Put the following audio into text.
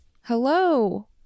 Hello